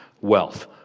wealth